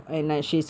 ya